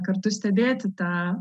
kartu stebėti tą